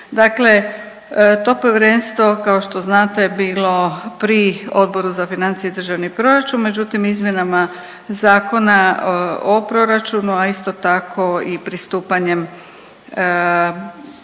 Dakle, to povjerenstvo kao što znate je bilo pri Odboru za financije i državni proračun, međutim izmjenama Zakona o proračunu, a isto tako i pristupanjem